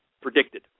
predicted